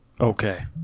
Okay